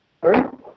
sorry